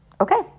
Okay